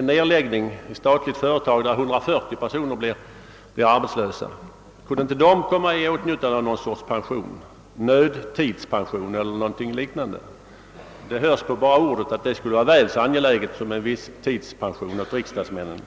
nedläggandet av ett statligt företag, där 170 personer kommer att bli arbetslösa. Kan inte dessa komma i åtnjutande av någon sorts pension, en nödtidspension eller något liknande? Enbart av ordet framgår att en sådan pension skulle vara väl så angelägen som en visstidspension åt riksdagsmännen.